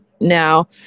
Now